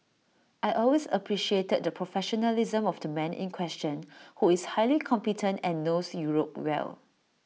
I always appreciated the professionalism of the man in question who is highly competent and knows Europe well